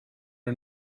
are